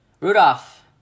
Rudolph